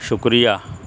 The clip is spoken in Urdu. شکریہ